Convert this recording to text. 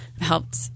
helped